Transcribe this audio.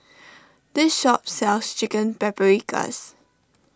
this shop sells Chicken Paprikas